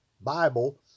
Bible